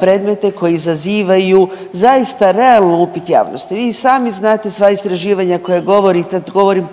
predmete koji zazivaju zaista realan upit javnosti. Vi i sami znate, sva istraživanja koja, govorim, kad govorim